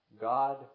God